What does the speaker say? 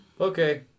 Okay